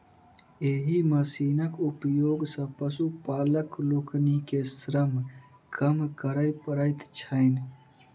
एहि मशीनक उपयोग सॅ पशुपालक लोकनि के श्रम कम करय पड़ैत छैन